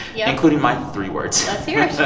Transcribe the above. yeah including my three words. let's hear it. so